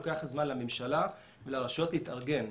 לוקח זמן לממשלה ולרשויות להתארגן.